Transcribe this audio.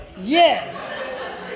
yes